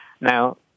Now